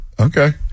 Okay